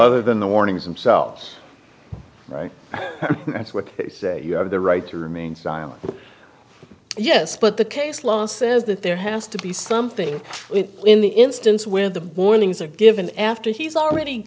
than the warnings themselves right that's what they say you have the right to remain silent yes but the case law says that there has to be something in the instance where the borning is or given after he's already